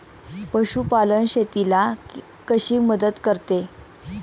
पशुपालन शेतीला कशी मदत करते?